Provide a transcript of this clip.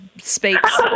speaks